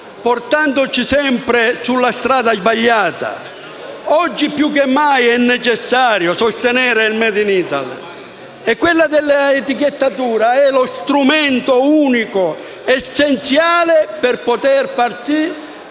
portandoci sempre sulla strada sbagliata. Oggi più che mai è necessario sostenere il *made in Italy*. L'etichettatura è lo strumento unico ed essenziale per far sì